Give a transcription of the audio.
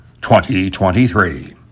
2023